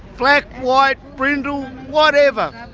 black, white, brindle, whatever,